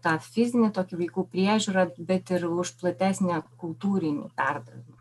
tą fizinį tokį vaikų priežiūrą bet ir už platesnį kultūrinį perdavimą